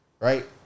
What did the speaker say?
Right